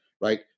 right